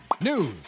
news